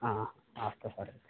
hostel